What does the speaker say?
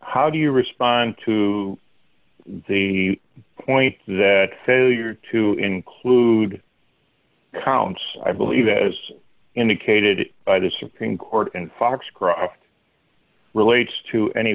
how do you respond to the point that failure to include counts i believe as indicated by the supreme court and foxcroft relates to any